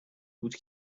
بود